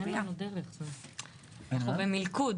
אנחנו במלכוד